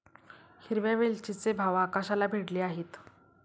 हिरव्या वेलचीचे भाव आकाशाला भिडले आहेत